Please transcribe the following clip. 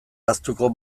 ahaztuko